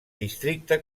districte